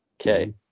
Okay